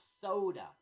soda